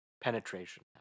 penetration